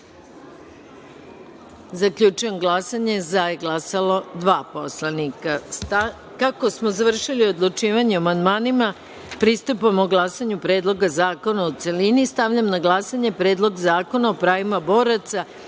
Linte. Zaključujem glasanje: za – dva poslanika. Pošto smo završili odlučivanje o amandmanima, pristupamo glasanju o Predlogu zakona u celini. Stavljam na glasanje Predlog zakona o pravima boraca,